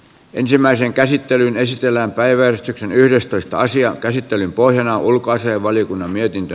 ensimmäisen käsittelyn esitellään päiväystyksen yhdestoista asian käsittelyn pohjana on ulkoasiainvaliokunnan mietintö